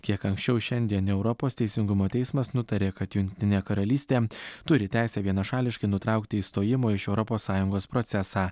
kiek anksčiau šiandien europos teisingumo teismas nutarė kad jungtinė karalystė turi teisę vienašališkai nutraukti išstojimo iš europos sąjungos procesą